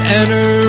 enter